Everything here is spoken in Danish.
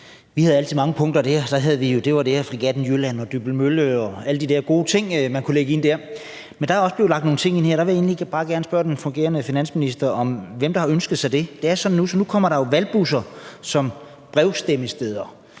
har haft mange punkter – der havde vi fregatten Jylland og Dybbøl Mølle og alle de gode ting, man kunne lægge ind der. Men der er også blevet lagt nogle ting ind nu her, og der vil jeg egentlig bare gerne spørge den fungerende finansminister, hvem der har ønsket det. Det er sådan, at nu kommer der valgbusser som brevstemmesteder,